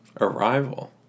Arrival